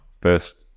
first